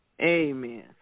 Amen